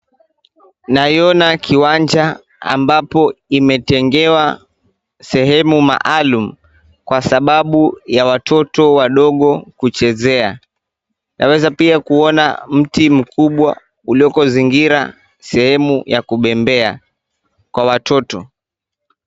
Naiona kiwanja ambapo imetengewa sehemu maalum kwa sababu ya watoto wadogo kuchezea. Naweza pia kuona mti mkubwa uliokozingira sehemu ya kubembea kwa watoto.